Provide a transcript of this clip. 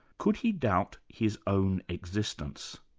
could he doubt his own existence?